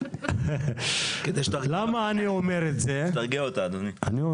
כדי שתרגיע אותה, אדוני.